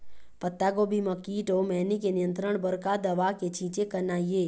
पत्तागोभी म कीट अऊ मैनी के नियंत्रण बर का दवा के छींचे करना ये?